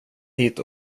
hit